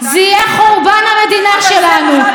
זה יהיה חורבן המדינה שלנו.